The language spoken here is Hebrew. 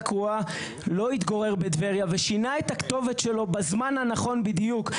קרואה לא התגורר בטבריה ושינה את הכתובת שלו בזמן הנכון בדיוק.